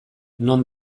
non